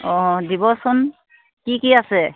অঁ দিবচোন কি কি আছে